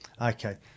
Okay